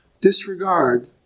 disregard